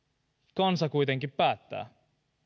kansa kuitenkin päättää